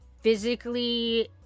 physically